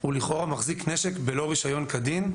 הוא לכאורה מחזיק נשק בלא רישיון כדין,